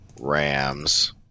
Rams